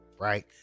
right